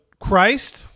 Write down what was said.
Christ